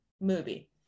movie